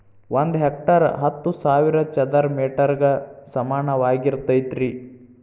ಒಂದ ಹೆಕ್ಟೇರ್ ಹತ್ತು ಸಾವಿರ ಚದರ ಮೇಟರ್ ಗ ಸಮಾನವಾಗಿರತೈತ್ರಿ